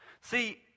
See